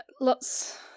lots